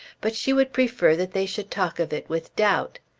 but she would prefer that they should talk of it with doubt.